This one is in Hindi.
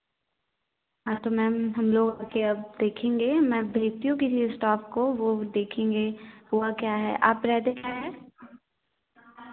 हाँ तो मैम हम लोग आके अब देखेंगे मैं भेजती हूँ किसी स्टाफ को वो देखेंगे हुआ क्या है आप रहते कहाँ हैं